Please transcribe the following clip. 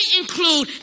include